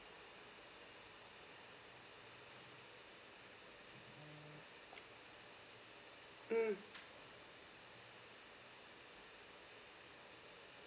mm